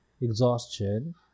exhaustion